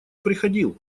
приходил